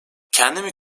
kendimi